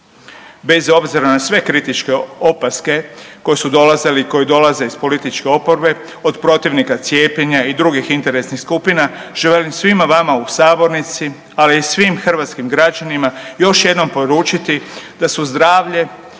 Bez obzira na sve kritičke opaske koje su dolazile i koje dolaze iz političke oporbe, od protivnika cijepljenja i drugih interesnih skupina želim svima vama u sabornici, ali i svim hrvatskim građanima još jednom poručiti da su zdravlje,